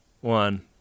one